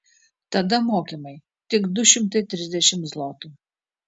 tada mokymai tik du šimtai trisdešimt zlotų